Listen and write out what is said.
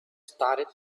started